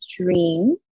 dream